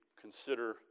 consider